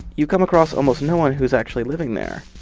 you come across almost no one who's actually living there.